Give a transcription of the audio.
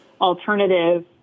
alternative